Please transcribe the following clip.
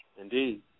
Indeed